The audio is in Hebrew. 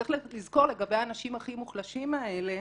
צריך לזכור לגבי האנשים הכי מוחלשים האלה,